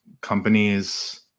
companies